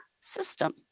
system